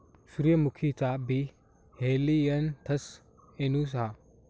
सूर्यमुखीचा बी हेलियनथस एनुस हा